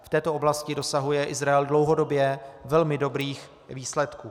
V této oblasti dosahuje Izrael dlouhodobě velmi dobrých výsledků.